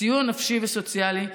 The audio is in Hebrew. סיוע נפשי וסוציאלי,